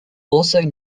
also